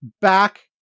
back